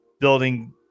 building